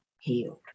healed